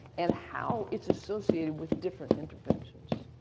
and how it's associated with different interventions.